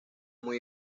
muy